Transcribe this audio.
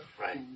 Right